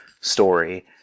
Story